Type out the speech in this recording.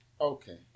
Okay